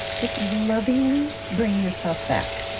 just lovingly bring yourself back.